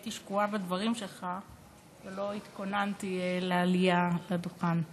הייתי שקועה בדברים שלך ולא התכוננתי לעלייה לדוכן.